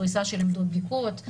פריסה של עמדות ביקורת,